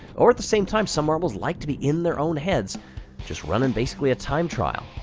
or at the same time, some marbles like to be in their own heads just running, basically, a time trial.